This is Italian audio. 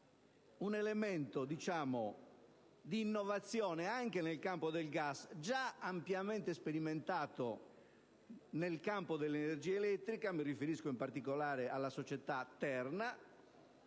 un elemento di innovazione anche nel campo del gas, già ampiamente sperimentato nel settore dell'energia elettrica. Mi riferisco in particolare alla società Terna,